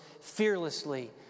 fearlessly